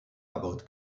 about